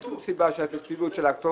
אז אין שום סיבה שהאפקטיביות של הפטור,